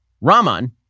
Raman